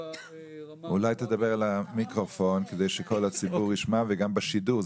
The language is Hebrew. ברמה --- אולי תדבר למיקרופון כדי שכל הציבור ישמע וגם בשידור,